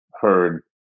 heard